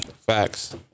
facts